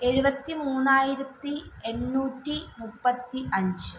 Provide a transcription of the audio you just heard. എഴുപത്തി മൂന്നായിരത്തി എണ്ണൂറ്റി മുപ്പത്തി അഞ്ച്